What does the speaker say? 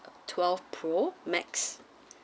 twelve pro max